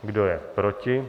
Kdo je proti?